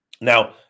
Now